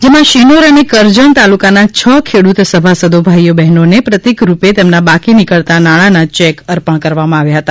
જેમાં શિનોર અને કરજણ તાલુકાના છ ખેડૂત સભાસદો ભાઈ બહેનોને પ્રતિક રૂપે તેમના બાકી નીકળતા નાણાના ચેક અર્પણ કરવામાં આવ્યા હતા